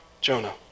Jonah